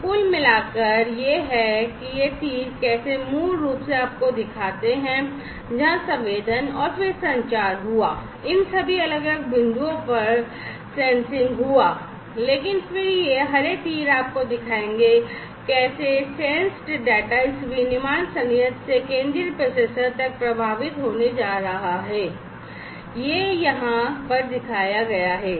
तो कुल मिलाकर यह है कि यह तीर कैसे मूल रूप से आपको दिखाते हैं जहां संवेदन और फिर संचार हुआ इन सभी अलग अलग बिंदुओं पर संवेदीकरण हुआ लेकिन फिर ये हरे तीर आपको दिखाएंगे कि कैसे संवेदी डेटा इस विनिर्माण संयंत्र से केंद्रीय प्रोसेसर तक प्रवाहित होने जा रहा है यह यहाँ पर दिखाया गया है